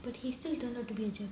but he still don't have to be a jerk